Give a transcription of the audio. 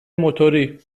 موتوری